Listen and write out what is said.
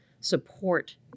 support